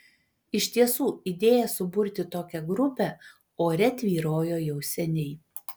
iš tiesų idėja suburti tokią grupę ore tvyrojo jau seniai